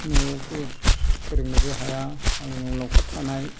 न'आवथ' फोरोंनोबो हाया मालायनाव लावखार थानाय